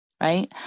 right